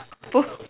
both